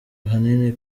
ahanini